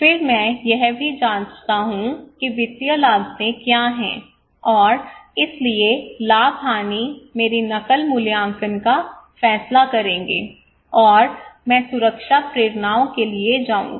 फिर मैं यह भी जाँचता हूं कि वित्तीय लागतें क्या हैं और इसलिए लाभ हानी मेरी नकल मूल्यांकन का फैसला करेंगे और मैं सुरक्षा प्रेरणाओं के लिए जाऊंगा